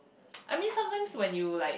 I mean sometimes when you like